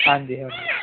ਹਾਂਜੀ